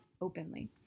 openly